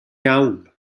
iawn